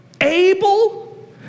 able